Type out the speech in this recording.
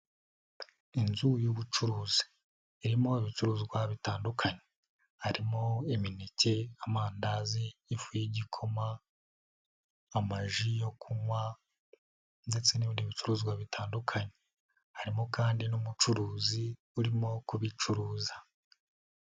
Inzu y'ubucuruzi, irimo ibicuruzwa bitandukanye, harimo imineke, amandazi, ifu y'igikoma, amaji yo kunywa ndetse n'ibindi bicuruzwa bitandukanye, harimo kandi n'umucuruzi urimo kubicuruza.